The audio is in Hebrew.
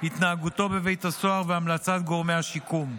התנהגותו בבית הסוהר והמלצת גורמי השיקום.